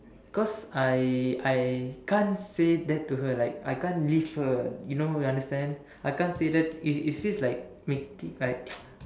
because I I can't say that to her like I can't leave her you know you understand I can't say that it it feels like making like